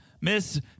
Miss